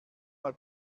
mal